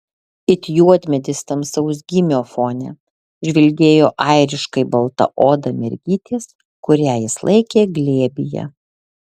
it juodmedis tamsaus gymio fone žvilgėjo airiškai balta oda mergytės kurią jis laikė glėbyje